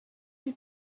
you